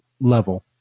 level